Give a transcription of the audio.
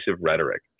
rhetoric